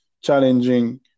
challenging